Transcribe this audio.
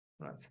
right